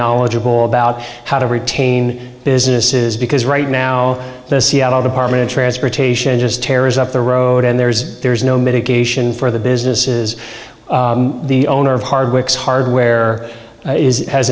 knowledgeable about how to retain businesses because right now the seattle department of transportation just tears up the road and there's there's no medication for the businesses the owner of hardwick's hardware